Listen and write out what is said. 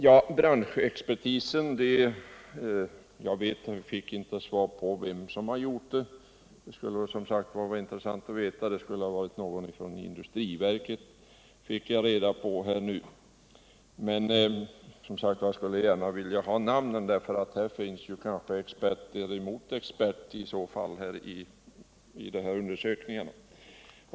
Så till frågan om branschexpertisen. Av svaret framgår inte hur denna är sammansatt, och det skulle i och för sig ha varit intressant att få veta. Av industriministerns senaste inlägg fick jag nu reda på att representanter för industriverket ingår. Jag skulle gärna vilja ha namnen på dem som ingår, för här kan ju finnas motstridiga uppfattningar bland dessa experter i samband med undersökningarna.